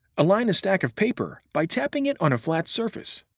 align a stack of paper by tapping it on a flat surface.